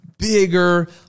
bigger